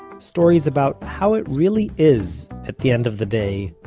stories about how it really is, at the end of the day,